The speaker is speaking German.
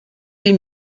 die